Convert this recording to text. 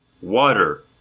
Water